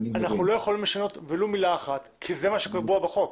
אנחנו לא יכולים לשנות ולו מילה את כי זה מה שקבוע בחוק.